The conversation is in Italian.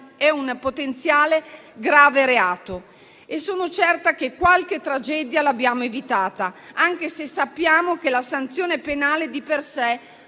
è un potenziale grave reato e sono certa che qualche tragedia l'abbiamo evitata, anche se sappiamo che la sanzione penale di per sé